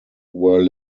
were